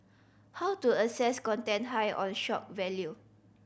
how to assess content high on shock value